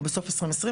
או בסוף 2020,